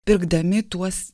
pirkdami tuos